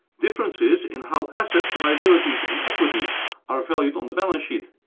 differences in how assets, liabilities and equity are valued on the balance sheet,